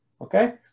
okay